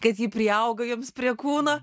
kad ji priaugo jums prie kūno